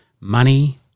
Money